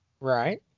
Right